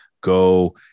go